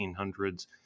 1800s